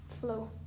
flow